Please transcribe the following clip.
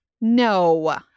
No